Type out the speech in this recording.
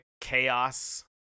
chaos